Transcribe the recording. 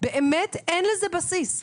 באמת אין לזה בסיס.